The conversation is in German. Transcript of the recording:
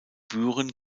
büren